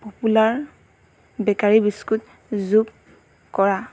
popular bakery biscuit যোগ কৰা